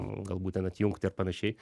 galbūt ten atjungti ar panašiai